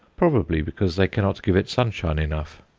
probably because they cannot give it sunshine enough.